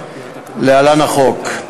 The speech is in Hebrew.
להלן: החוק,